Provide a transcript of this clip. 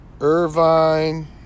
Irvine